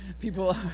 People